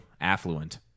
affluent